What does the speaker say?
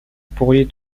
pourriez